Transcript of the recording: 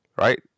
Right